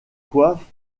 coiffes